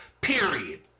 Period